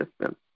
system